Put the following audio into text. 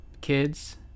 kids